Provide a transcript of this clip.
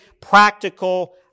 practical